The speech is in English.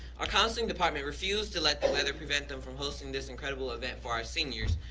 our counseling department refused to let the weather prevent them from hosting this incredible event for our seniors,